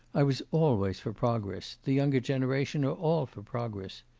i was always for progress the younger generation are all for progress.